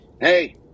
Hey